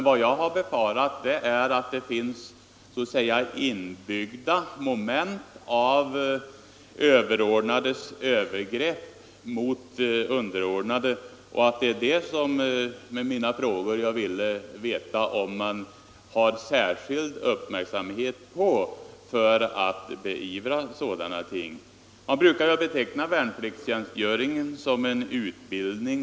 Vad jag befarar är att det i det militära systemet finns inbyggda moment som leder till övergrepp mot underordnade, och jag ville veta om man är tillräckligt uppmärksam när det gäller att beivra sådana ting. Man brukar beteckna värnpliktstjänstgöringen som en utbildning.